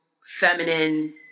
feminine